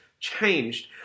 changed